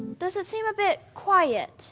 does it seem a bit quiet